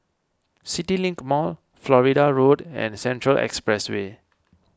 CityLink Mall Florida Road and Central Expressway